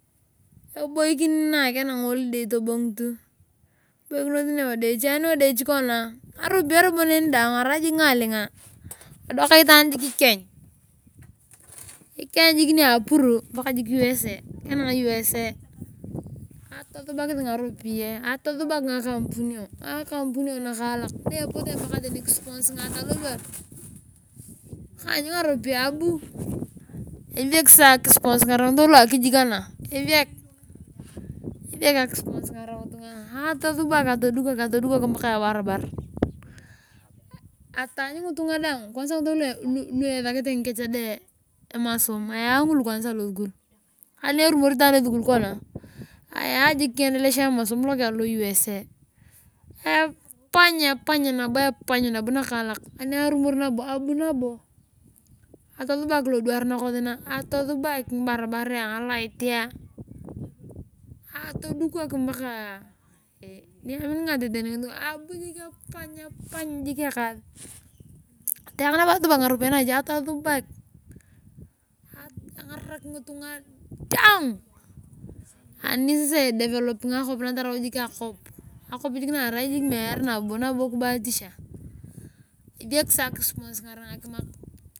Ebookin maa tanang holiday tobongutu kiboikinos ne ooliochichi. Ngaropiya neni daang arai robo ngallinga todok itaan jiik ikieny jik nia apuru paka jik usa. Atusabak ngaropiyao ngakampunio nakoalak ne poto paka tani kiaponsingata lodwar. kaany ngaropiyai abu esiekj akisponsingare ngitunga lu akyii kana. Atodukok paka toni ebarbar ataany ngitunga daang tani lu esakete ngikech de emasom ayaangulu losukul ani erumori itaan eskul kona ayaa jiik kiendelesha emasom lokeng jiik alo usa epany nabo nakaalak ani arumori abu atosubak lodwar nayok na atusubak ngibarbarea ngalightia atadukok paka niaminingate tani ngitunga abu apany jiik ekaas atayaka nabo atosubak ngaropiyae nache atosubak engarak ngitung daang ani idevelopingae akop na toliwor jiik akop meere nabo kubatisha esiek sasa akisponsingare ngakimak.